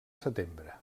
setembre